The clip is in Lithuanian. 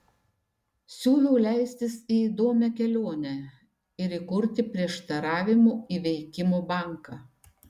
siūlau leistis į įdomią kelionę ir įkurti prieštaravimų įveikimo banką